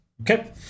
Okay